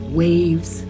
waves